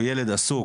או ילד עסוק,